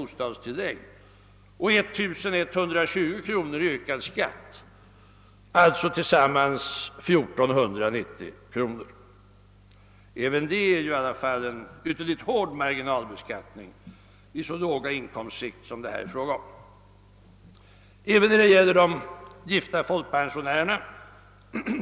bostadstillägg och 1120 kronor i ökad skatt — alltså tillsammans 1490 kronor. Även detta är ju en ytterligt hård marginalbeskattning i så låga inkomstskikt som det här är fråga om. Också när det gäller de gifta folkpensionärerna,